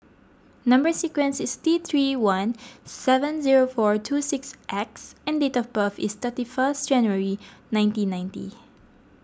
Number Sequence is T three one seven zero four two six X and date of birth is thirty first January nineteen ninety